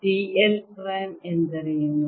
D l prime ಎಂದರೇನು